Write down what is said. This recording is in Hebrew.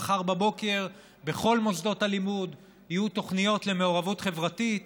מחר בבוקר בכל מוסדות הלימוד יהיו תוכניות למעורבות חברתית